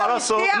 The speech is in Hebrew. מה לעשות?